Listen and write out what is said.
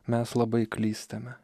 mes labai klystame